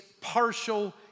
partial